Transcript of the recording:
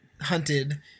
hunted